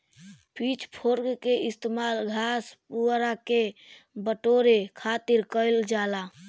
pitch fork के इस्तेमाल घास, पुआरा के बटोरे खातिर कईल जाला